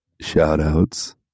shout-outs